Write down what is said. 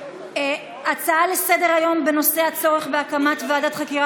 הצעה לסדר-היום בנושא: הצורך בהקמת ועדת חקירה